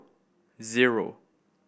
zero